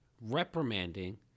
reprimanding